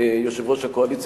אדוני היושב-ראש,